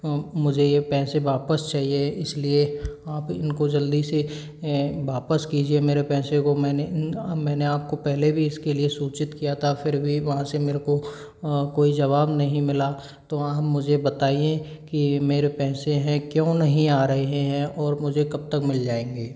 मुझे यह पैसे वापस चाहिए इसलिए आप इनको जल्दी से वापस कीजिए मेरे पैसे को मैंने इन मैंने आपको पहले भी इसके लिए सूचित किया था फिर भी वहाँ से मेरे को कोई जवाब नहीं मिला तो वहाँ मुझे बताइए कि मेरे पैसे हैं क्यों नहीं आ रहे हैं और मुझे कब तक मिल जाएंगे